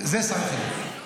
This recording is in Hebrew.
איזה שר זה?